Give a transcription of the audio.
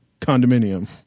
condominium